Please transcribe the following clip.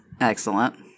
Excellent